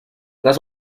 las